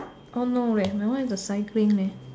oh no leh my one is the cycling leh